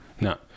No